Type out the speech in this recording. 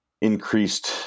increased